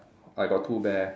I got two bear